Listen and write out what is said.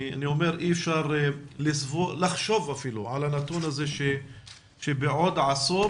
אני אומר שאי אפשר אפילו לחשוב על הנתון הזה שבעוד עשור,